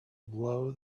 blow